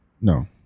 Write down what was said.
No